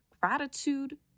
gratitude